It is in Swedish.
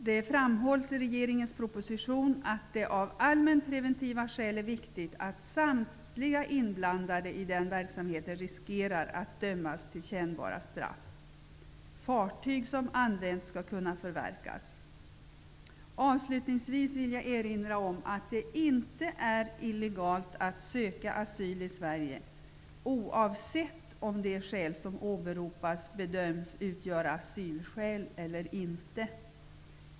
Det framhålls i regeringens proposition att det av allmänpreventiva skäl är viktigt att samtliga personer som är inblandade i verksamheten riskerar att dömas till kännbara straff. Fartyg som använts skall kunna förverkas. Avslutningsvis vill jag erinra om att det inte är illegalt att söka asyl i Sverige oavsett om de skäl som åberopas bedöms utgöra asylskäl eller inte.